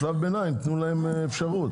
לשלב ביניים תנו להם אפשרות,